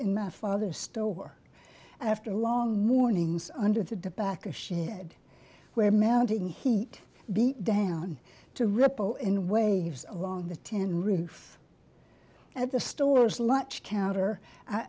in my father's store after long mornings under the debacle where mounting heat beat down to ripple in waves along the ten roof at the store's lunch counter